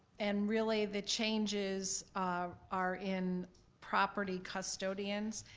and really, the changes are in property custodians,